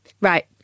Right